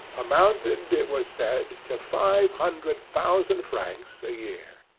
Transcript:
amounted, it was said, to five hundred thousand francs a year.